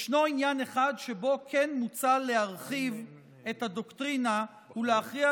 יש עניין אחד שבו כן מוצע להרחיב את הדוקטרינה ולהכריע